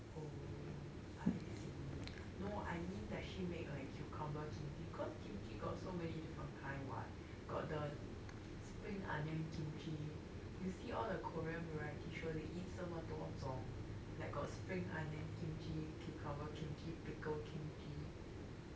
oh I see no I mean does she make like cucumber kimchi cause kimchi got so many different kind what got the spring onion kimchi you see all the korean variety show they eat 这么多种 like got spring onion kimchi cucumber kimchi pickled kimchi